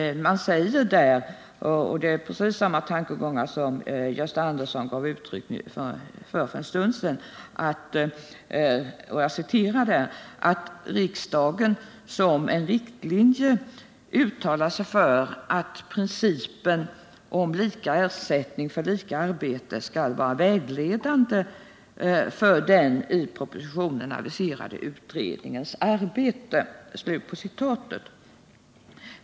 Man säger, och det är precis samma tankegångar som de som Gösta Andersson för en stund sedan gav uttryck för, att ”riksdagen som en riktlinje uttalar sig för att principen om lika ersättning för lika arbete skall vara vägledande för den i propositionen aviserade utredningens arbete”.